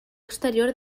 exterior